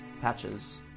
Patches